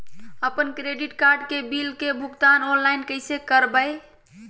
अपन credit card के bill के भुगतान ऑनलाइन कैसे करबैय?